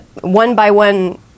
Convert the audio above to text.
one-by-one